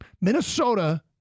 Minnesota